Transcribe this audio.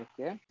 okay